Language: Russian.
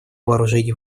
вооружений